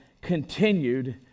continued